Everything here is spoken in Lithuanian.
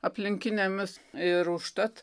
aplinkinėmis ir užtat